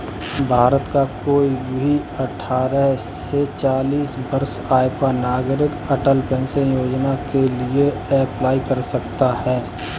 भारत का कोई भी अठारह से चालीस वर्ष आयु का नागरिक अटल पेंशन योजना के लिए अप्लाई कर सकता है